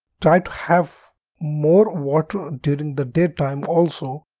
try to have more water during the day time also.